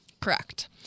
Correct